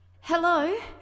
Hello